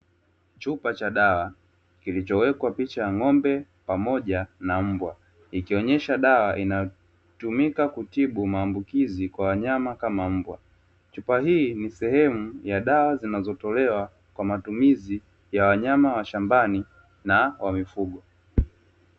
Chupa cha dawa kilichowekwa picha ya ng’ombe pamoja na mbwa, ikionyesha dawa inayotumika kutibu maambukizi kwa wanyama kama mbwa, chupa hii ni sehemu ya dawa zinazotolewa kwa matumizi ya wanyama wa shambani na wa mifugo.